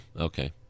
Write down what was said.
Okay